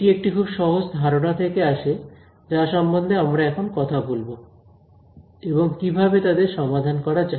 এটা একটি খুব সহজ ধারণা থেকে আসে যা সম্বন্ধে আমরা এখন কথা বলব এবং কিভাবে তাদের সমাধান করা যায়